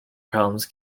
problems